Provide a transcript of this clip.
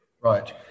Right